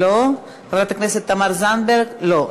לא, חברת הכנסת תמר זנדברג, לא.